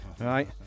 Right